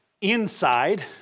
inside